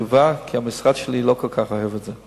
כי המשרד שלי לא כל כך אוהב את זה.